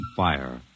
fire